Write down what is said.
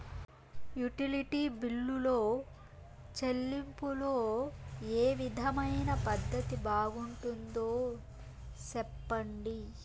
Utility బిల్లులో చెల్లింపులో ఏ విధమైన పద్దతి బాగుంటుందో సెప్పండి?